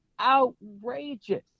outrageous